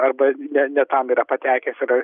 arba ne ne tam yra patekęs ir